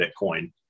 Bitcoin